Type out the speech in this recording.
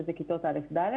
שזה כיתות א'-ד',